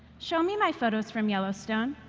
show me my photos from yellowstone.